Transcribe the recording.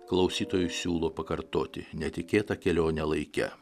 klausytojui siūlo pakartoti netikėtą kelionę laike